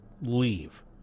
leave